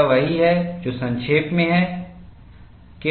यह वही है जो संक्षेप में है